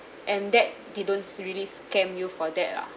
and that they don't really scam you for that lah